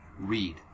read